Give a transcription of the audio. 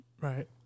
Right